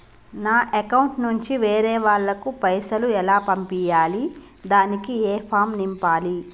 నా అకౌంట్ నుంచి వేరే వాళ్ళకు పైసలు ఎలా పంపియ్యాలి దానికి ఏ ఫామ్ నింపాలి?